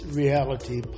reality